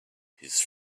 his